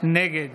נגד